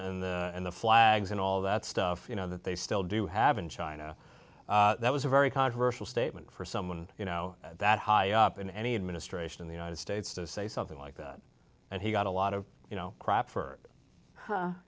literature and the flags and all that stuff you know that they still do have in china that was a very controversial statement for someone you know that high up in any administration in the united states to say something like that and he got a lot of you know crap for